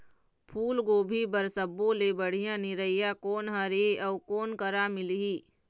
फूलगोभी बर सब्बो ले बढ़िया निरैया कोन हर ये अउ कोन करा मिलही?